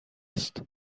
است